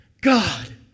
God